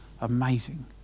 amazing